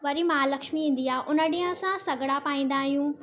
वरी महालक्ष्मी ईंदी आहे उन ॾींहुं असां सॻड़ा पाईंदा आहियूं